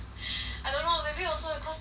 I don't know maybe also because the colour